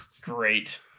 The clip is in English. Great